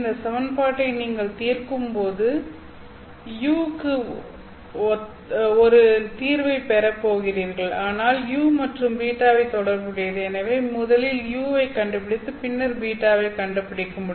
இந்த சமன்பாட்டை நீங்கள் தீர்க்கும்போது u க்கு ஒரு தீர்வைப் பெறப் போகிறீர்கள் ஆனால் u மற்றும் β தொடர்புடையது எனவே முதலில் u வைக் கண்டுபிடித்து பின்னர் β வை கண்டுபிடிக்க வேண்டும்